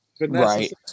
Right